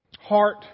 heart